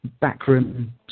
backroom